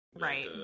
right